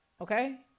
Okay